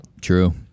True